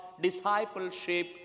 discipleship